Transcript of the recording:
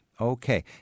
Okay